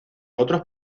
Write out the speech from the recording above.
otros